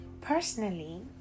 Personally